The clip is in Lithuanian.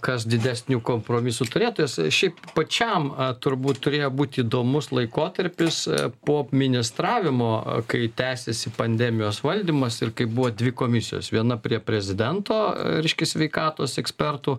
kas didesnių kompromisų turėtojas šiaip pačiam turbūt turėjo būti įdomus laikotarpis po ministravimo kai tęsėsi pandemijos valdymas ir kaip buvo dvi komisijos viena prie prezidento reiškias sveikatos ekspertų